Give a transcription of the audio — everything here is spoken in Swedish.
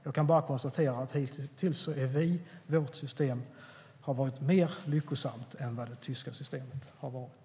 Jag kan bara konstatera att hittills har vårt system varit mer lyckosamt än det tyska systemet.